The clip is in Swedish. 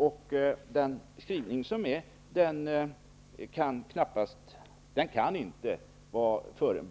Utskottets skrivning kan rimligen inte